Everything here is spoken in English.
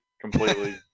completely